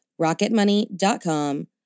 Rocketmoney.com